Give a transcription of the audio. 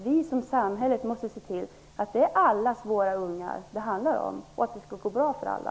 Vi som samhälle måste se till att det är allas våras ungar det handlar om och att det skall gå bra för alla.